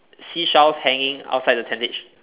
seashells hanging outside the tentage